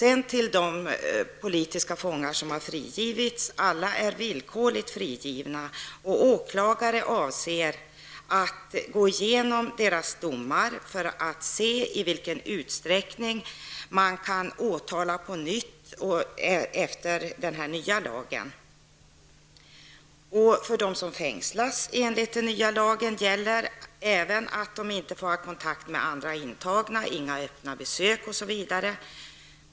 Alla de politiska fångar som har frigivits är villkorligt frigivna. Åklagare avser att gå igenom deras domar för att se i vilken utsträckning de kan åtalas på nytt efter den nya lagen. För dem som fängslas enligt den nya lagen gäller att de inte får ha kontakt med andra intagna, att de inte får ta emot öppna besök osv.